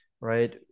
right